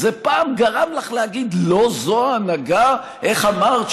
זה פעם גרם לך להגיד: לא זו ההנהגה, איך אמרת?